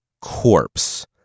Corpse